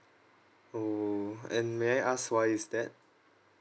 orh and may I ask why is that